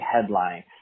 headline